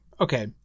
okay